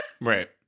Right